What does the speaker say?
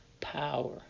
power